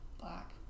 Black